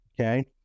Okay